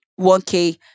1K